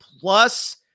plus